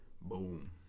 boom